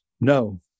no